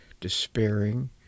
despairing